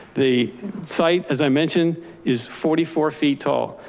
the site, as i mentioned is forty four feet tall.